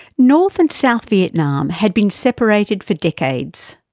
north and south vietnam had been separated for decades.